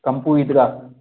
कंपूइतरा